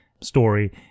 story